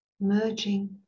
merging